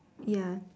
ya